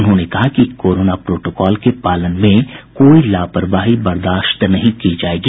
उन्होंने कहा कि कोरोना प्रोटोकॉल के पालन में कोई लापरवाही बर्दाश्त नहीं की जायेगी